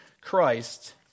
Christ